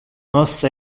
nos